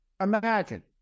Imagine